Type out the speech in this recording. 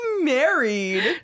married